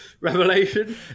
revelation